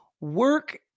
work